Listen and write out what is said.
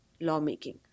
lawmaking